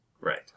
right